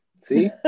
See